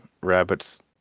Rabbit's